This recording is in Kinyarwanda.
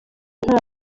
nta